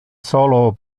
solo